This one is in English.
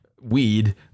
weed